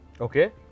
okay